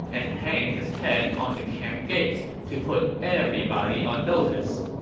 and hanged his head on the camp gates to put everybody on notice.